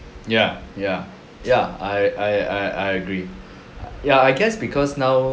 ya ya ya I I I I agree ya I guess because now